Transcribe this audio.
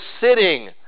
sitting